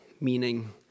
meaning